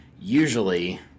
usually